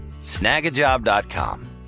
Snagajob.com